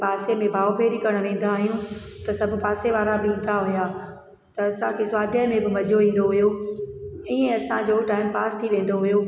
ऐं पासे में भाव फेरी करण वेंदा आहियूं त सभु पासे वारा बि ईंदा हुआ त असांखे स्वाध्याय में बि मज़ो ईंदो हुओ इअं असांजो टाइम पास थी वेंदो हुओ